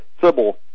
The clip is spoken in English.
Sybil